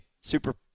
super